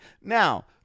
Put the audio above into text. Now